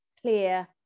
clear